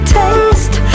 taste